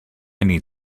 need